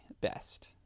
best